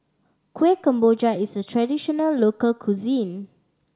Kuih Kemboja is a traditional local cuisine